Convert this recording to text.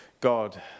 God